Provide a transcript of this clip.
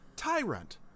Tyrant